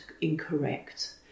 incorrect